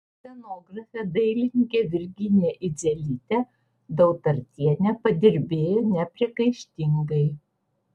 scenografė dailininkė virginija idzelytė dautartienė padirbėjo nepriekaištingai